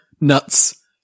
Nuts